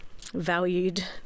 valued